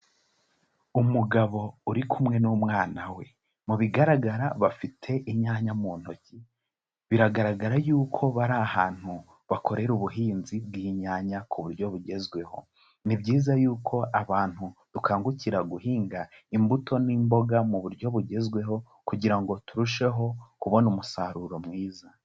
Umugabo uri kumwe n'umwana we mu bigaragara bafite inyanya mu ntoki, biragaragara yuko bari ahantu bakorera ubuhinzi bw'inyanya ku buryo bugezweho, ni byiza yuko abantu dukangukira guhinga imbuto n'imboga mu buryo bugezweho kugira ngo turusheho kubona umusaruro mwiza.